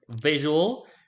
Visual